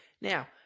Now